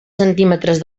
centímetres